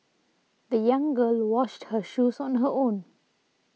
the young girl washed her shoes on her own